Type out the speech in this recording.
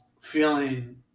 feeling